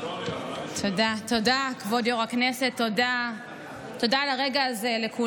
תודה, כבוד יו"ר הישיבה, תודה לכולם על הרגע הזה.